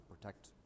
protect